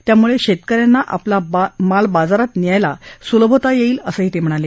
यामुळे शेतक यांना आपला माल बाजारात नेण्यास सुलभता येईल असंही ते म्हणाले